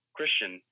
Christian